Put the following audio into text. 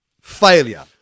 failure